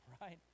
right